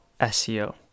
SEO